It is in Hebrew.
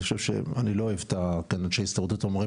אני חושב שאנשי הסתדרות המורים,